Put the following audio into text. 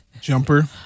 Jumper